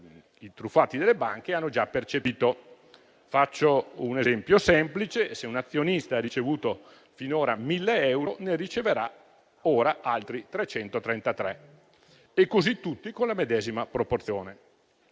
i truffati dalle banche hanno già percepito. Faccio un esempio semplice: se un'azionista ha ricevuto finora 1.000 euro, ora ne riceverà altri 333; e così tutti con la medesima proporzione.